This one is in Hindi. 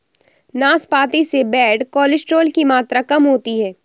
नाशपाती से बैड कोलेस्ट्रॉल की मात्रा कम होती है